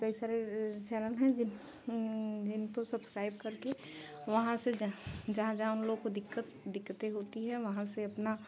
कई सारे चैनल हैं जिन जिनको सबस्क्राइब करके वहाँ से जहाँ जहाँ उन लोग को दिक्कत दिक्कतें होती है वहाँ से अपना